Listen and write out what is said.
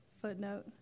footnote